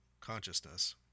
consciousness